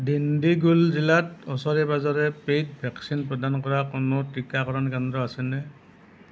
দিণ্ডিগুল জিলাত ওচৰে পাঁজৰে পেইড ভেকচিন প্ৰদান কৰা কোনো টীকাকৰণ কেন্দ্ৰ আছেনে